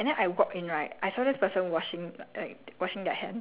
um that time I walk to the toilet beside the school field